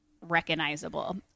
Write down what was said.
recognizable